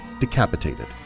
decapitated